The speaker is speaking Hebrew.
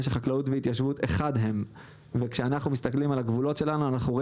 שחקלאות והתיישבות אחד הם וכשאנחנו מסתכלים על הגבולות שלנו אנחנו רואים